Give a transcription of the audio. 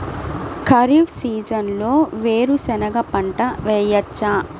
ఖరీఫ్ సీజన్లో వేరు శెనగ పంట వేయచ్చా?